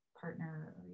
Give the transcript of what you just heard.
partner